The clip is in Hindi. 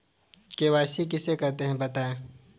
के.वाई.सी किसे कहते हैं बताएँ?